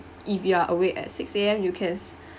if you are awake at six A_M you can